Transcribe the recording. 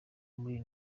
muri